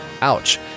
Ouch